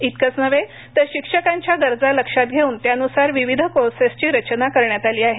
इतकेच नव्हे तर शिक्षकांच्या गरजा लक्षात घेऊन त्यानुसार विविध कोर्सेसची रचना करण्यात आली आहे